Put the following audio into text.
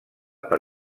per